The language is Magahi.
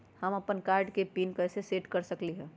हम अपन कार्ड के पिन कैसे सेट कर सकली ह?